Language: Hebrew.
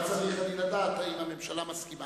רק אני צריך לדעת אם הממשלה מסכימה.